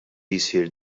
jsir